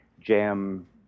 jam